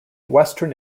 western